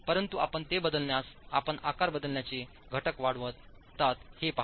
परंतु आपण ते बदलल्यास आपण आकार बदलण्याचे घटक वाढतात हे पहा